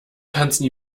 tanzen